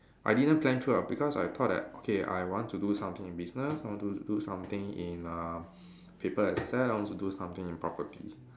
I didn't plan through ah because I thought that okay I want to do something in business I want to do something in uh paper asset I want to do something in property